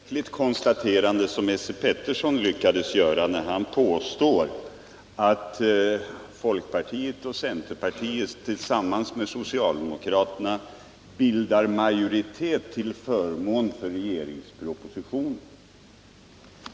Herr talman! Det var ett märkligt konstaterande som Esse Petersson lyckades göra när han påstod att folkpartiet och centerpartiet tillsammans med socialdemokraterna bildar majoritet för regeringspropositionen.